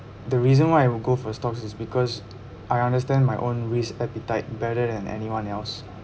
the reason why I will go for stocks is because I understand my own risk appetite better than anyone else